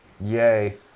yay